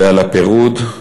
ועל הפירוד,